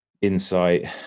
insight